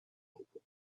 helper